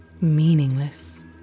meaningless